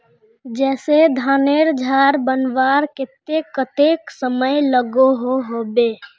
जैसे धानेर झार बनवार केते कतेक समय लागोहो होबे?